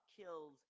killed